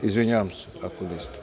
Izvinjavam se ako niste.